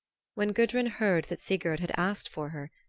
when gudrun heard that sigurd had asked for her,